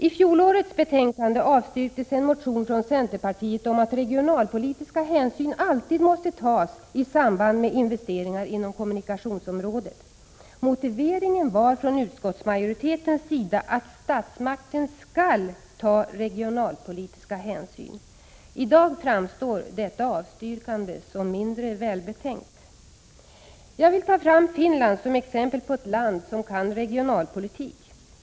I fjolårets betänkande avstyrktes en motion från centerpartiet om att regionalpolitiska hänsyn alltid måste tas i samband med investeringar inom kommunikationsområdet. Motiveringen från utskottsmajoritetens sida var att statsmakten skall ta regionalpolitiska hänsyn. I dag framstår detta avstyrkande som mindre välbetänkt. Jag vill ta fram Finland som exempel på ett land som kan regionalpolitik.